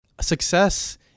Success